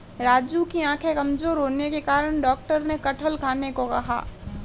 राजू की आंखें कमजोर होने के कारण डॉक्टर ने कटहल खाने को कहा